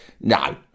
No